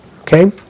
Okay